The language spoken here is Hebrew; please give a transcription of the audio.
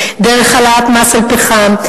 דרך העלאת מס על פחם,